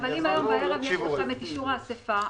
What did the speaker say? אבל אם היום בערב יש לכם את אישור האסיפה,